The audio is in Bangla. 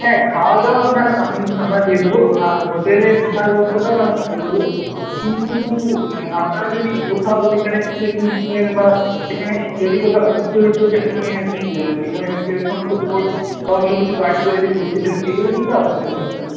হ্যাঁ খাওয়া দাওয়া আপনারা আমরা দিয়ে দেবো আর হোটেলের থাকার ব্যবস্থাটাও না হয় করে দেবো কিন্তু আপনারা যদি কোথাও সেখানের কোনো জিনিস কেনেন বা সেখানে যদি কোথাও ঘুরতে টুরতে যান মানে আর কি যেখানে বোট বা অন্য কিছু গাড়ি করে যদি ঘুরতে যান সেগুলো কিন্তু আপনাদের খরচা